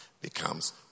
becomes